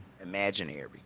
Imaginary